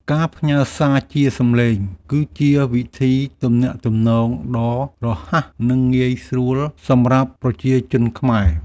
ការផ្ញើសារជាសំឡេង គឺជាវិធីទំនាក់ទំនងដ៏រហ័ស និងងាយស្រួលសម្រាប់ប្រជាជនខ្មែរ។